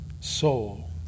soul